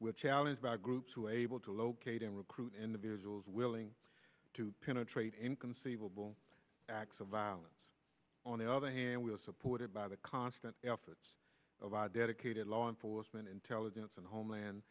with challenge by groups who able to locate and recruit individuals willing to penetrate inconceivable acts of violence on the other hand we are supported by the constant efforts of our dedicated law enforcement intelligence and homeland